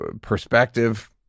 perspective